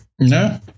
No